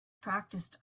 practiced